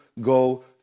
go